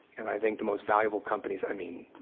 and i think the most valuable companies, i mean,